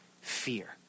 fear